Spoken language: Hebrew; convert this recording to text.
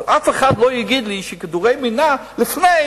אבל אף אחד לא יגיד לי שכדורים למניעה הם לפני